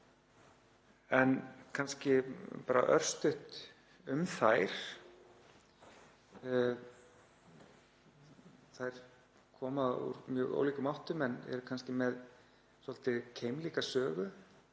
En kannski bara örstutt um þær. Þær koma úr mjög ólíkum áttum en eru kannski með svolítið keimlíka sögu.